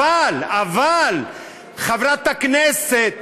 אבל חברת כנסת